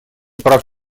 прав